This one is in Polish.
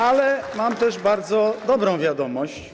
Ale mam też bardzo dobrą wiadomość.